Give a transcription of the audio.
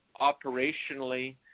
operationally